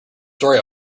story